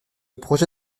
projet